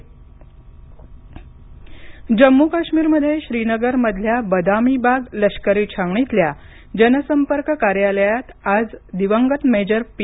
जम्म काश्मीर जम्मू काश्मीरमध्ये श्रीनगरमधल्या बदामीबाग लष्करी छावणीतल्या जनसंपर्क कार्यालयात आज दिवंगत मेजर पी